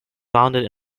founded